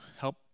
help